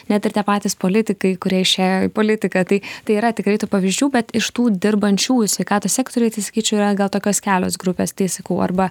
net ir tie patys politikai kurie išėjo į politiką tai tai yra tikrai tų pavyzdžių bet iš tų dirbančiųjų sveikatos sektoriuje tai sakyčiau yra gal tokios kelios grupės tai sakau arba